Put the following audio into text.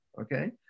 okay